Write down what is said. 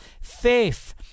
faith